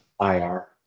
IR